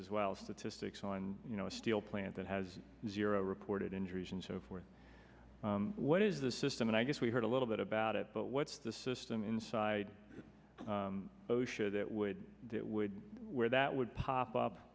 is well statistics on you know steel plant that has zero reported injuries and so forth what is the system and i guess we heard a little bit about it but what's the system inside osha that would that would where that would pop up